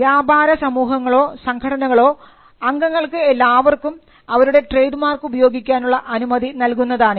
വ്യാപാര സമൂഹങ്ങളോ സംഘടനകളോ അംഗങ്ങൾക്ക് എല്ലാവർക്കും അവരുടെ ട്രേഡ് മാർക്ക് ഉപയോഗിക്കാനുള്ള അനുമതി നൽകുന്നതാണിത്